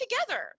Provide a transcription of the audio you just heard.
together